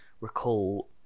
recall